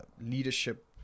leadership